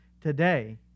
today